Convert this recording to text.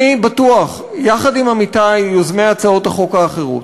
אני בטוח, יחד עם עמיתי יוזמי הצעות החוק האחרות,